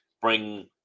bring